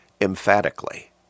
emphatically